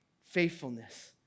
faithfulness